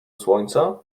słońca